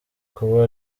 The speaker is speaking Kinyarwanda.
kuba